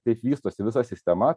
taip vystosi visa sistema